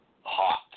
hot